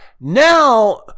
now